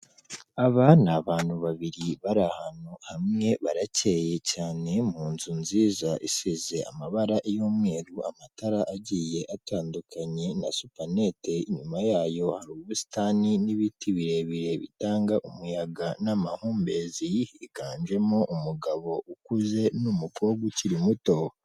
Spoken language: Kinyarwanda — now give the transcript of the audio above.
Aba ni abantu babiri bari ahantu hamwe barakeye cyane mu nzu nziza isize amabara y'umweru amatara agiye atandukanye na supanete, inyuma yayo hari ubusitani n'ibiti birebire bitanga umuyaga n'amahumbezi, higanjemo umugabo ukuze n'umukobwa ukiri muto.